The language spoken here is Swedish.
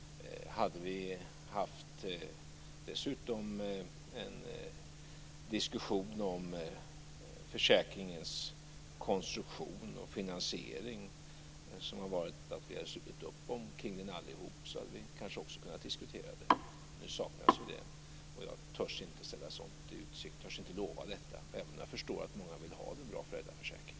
Hade vi dessutom haft en diskussion om försäkringens konstruktion och finansiering och om allihop slutit upp omkring detta hade vi kanske också kunnat diskutera det, men nu saknas detta. Jag törs inte ställa sådant i utsikt. Jag törs inte lova detta, även om jag förstår att många vill ha en bra föräldraförsäkring.